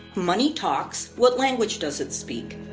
money talks what language does it speak?